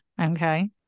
okay